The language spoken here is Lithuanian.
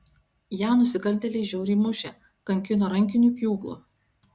ją nusikaltėliai žiauriai mušė kankino rankiniu pjūklu